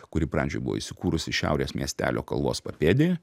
kuri pradžioj buvo įsikūrusi šiaurės miestelio kalvos papėdėje